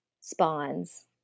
spawns